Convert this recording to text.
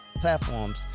platforms